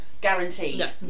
guaranteed